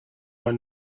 are